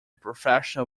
professional